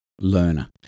learner